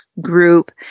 group